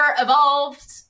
evolved